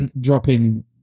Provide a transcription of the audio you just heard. dropping